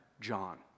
John